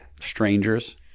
Strangers